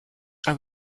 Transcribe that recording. are